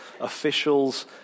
officials